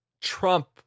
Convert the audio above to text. Trump